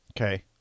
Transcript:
okay